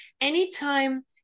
Anytime